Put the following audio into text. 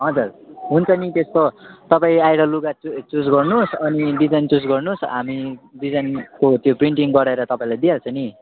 हजुर हुन्छ नि त्यस्तो तपाईँ आएर लुगा चुज गर्नुहोस् अनि डिजाइन चुज गर्नुहोस् हामी डिजाइनको त्यो प्रिन्टिङ गराएर तपाईँलाई दिइहाल्छ नि